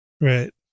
Right